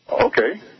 Okay